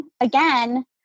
again